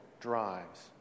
drives